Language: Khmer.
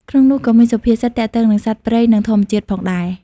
ក្នុងនោះក៏មាន សុភាសិតទាក់ទងនឹងសត្វព្រៃនិងធម្មជាតិផងដែរ។